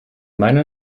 meiner